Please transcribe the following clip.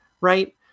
right